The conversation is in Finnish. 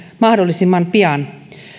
mahdollisimman pian